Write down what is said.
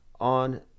on